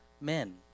men